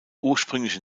ursprüngliche